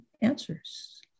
answers